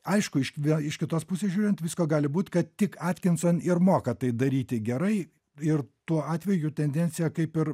aišku iš vė iš kitos pusės žiūrint visko gali būt kad tik atkinson ir moka tai daryti gerai ir tuo atveju tendencija kaip ir